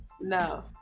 No